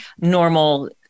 normal